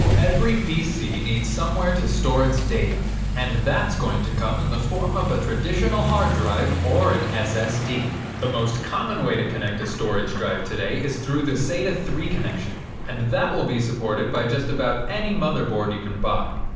every pc needs somewhere to store its data and that's going to come in the form of a traditional hard drive or an ssd. the most common way to connect a storage drive today is through the sata three connection and that will be supported by just about any motherboard you can buy.